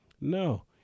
no